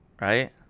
right